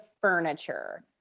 furniture